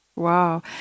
Wow